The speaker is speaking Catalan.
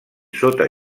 sota